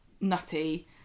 nutty